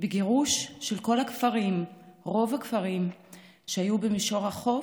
ולגירוש של רוב הכפרים שהיו במישור החוף,